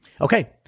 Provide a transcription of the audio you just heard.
Okay